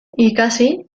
ikasi